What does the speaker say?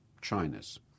China's